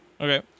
Okay